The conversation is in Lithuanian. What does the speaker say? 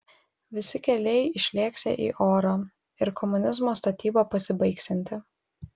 visi keliai išlėksią į orą ir komunizmo statyba pasibaigsianti